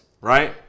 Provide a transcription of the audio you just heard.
Right